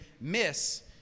miss